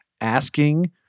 asking